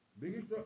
Biggest